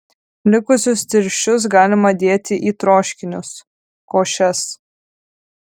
likusius tirščius galima dėti į troškinius košes